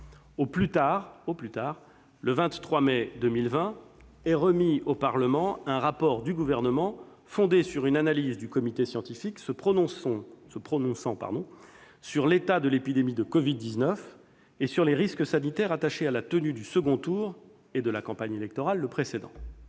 Au plus tard le 23 mai 2020, est remis au Parlement un rapport du Gouvernement fondé sur une analyse du comité de scientifiques se prononçant sur l'état de l'épidémie de Covid-19 et sur les risques sanitaires attachés à la tenue du second tour et de la campagne électorale le précédant.